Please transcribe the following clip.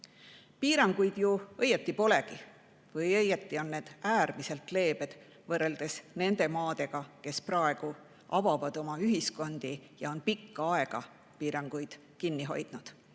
Piiranguid ju õieti polegi või õieti on need äärmiselt leebed võrreldes nende maadega, kes praegu avavad oma ühiskondi ja on pikka aega piiranguid hoidnud.